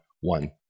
one